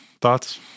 thoughts